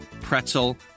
pretzel